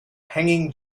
hanging